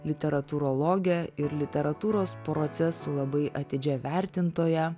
literatūrologe ir literatūros procesų labai atidžią vertintoją